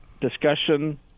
discussion